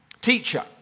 teacher